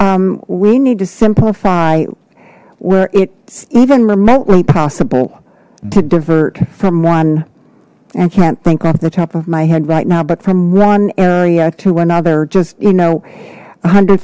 we need to simplify where it's even remotely possible to divert from one i can't think of the top of my head right now but from one area to another just you know a hundred